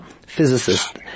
physicist